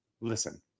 Listen